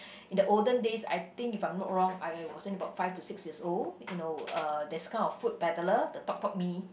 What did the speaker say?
in the olden days I think if I'm not wrong I I was then about five to six years old you know uh there's kind of food peddler the Tok Tok Mee